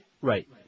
Right